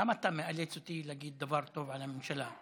למה אתה מאלץ אותי להגיד דבר טוב על הממשלה?